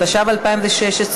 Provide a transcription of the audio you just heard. התשע"ו 2016,